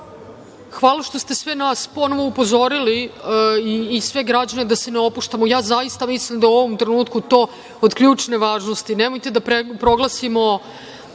Hvala što ste sve nas ponovo upozorili i sve građane da se ne opuštamo. Ja zaista mislim da je u ovom trenutku to od ključne važnosti. Nemojte da proglasimo